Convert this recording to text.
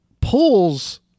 pulls